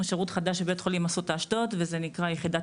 שירות חדש בבית חולים אסותא אשדוד והוא נקרא יחידת